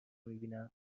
میبینم